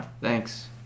Thanks